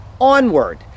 onward